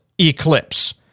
eclipse